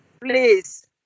Please